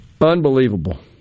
Unbelievable